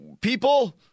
people